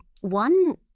one